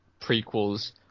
prequels